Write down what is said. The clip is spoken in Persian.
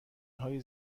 های